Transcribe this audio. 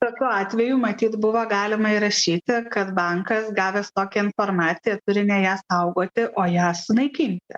tokiu atveju matyt buvo galima įrašyti kad bankas gavęs tokią informaciją turi ne ją saugoti o ją sunaikinti